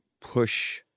push